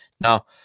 Now